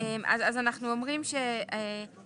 אז אנחנו אומרים שההרכב,